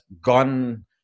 gone